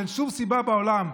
אין שום סיבה בעולם,